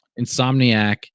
Insomniac